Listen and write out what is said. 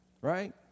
right